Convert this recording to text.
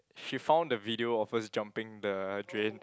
she found the video of us jumping the drain